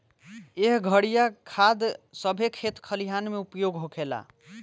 एह घरिया खाद सभे खेत खलिहान मे उपयोग होखेला